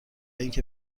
اینکه